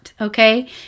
okay